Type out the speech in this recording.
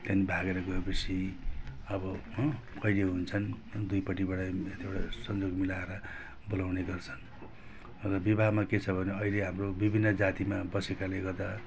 त्यहाँदेखिन् भागेर गएपछि अब हँ कहिले हुन्छन् दुईपट्टिबाटै यस्तो एउटा सन्जोग मिलाएर बोलाउने गर्छन् र विवाहमा के छ भने अहिले हाम्रो विभिन्न जातिमा बसेकाले गर्दा